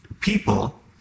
people